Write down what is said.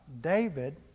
David